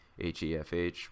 HEFH